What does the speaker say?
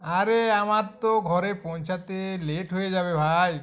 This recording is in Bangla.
আরে আমার তো ঘরে পোঁছাতে লেট হয়ে যাবে ভাই